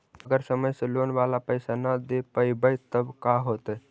अगर समय से लोन बाला पैसा न दे पईबै तब का होतै?